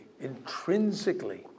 intrinsically